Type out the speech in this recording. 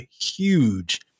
huge